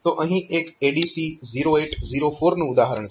તો અહીં એક ADC 0804 નું ઉદાહરણ છે